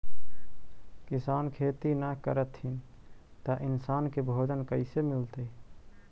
किसान खेती न करथिन त इन्सान के भोजन कइसे मिलतइ?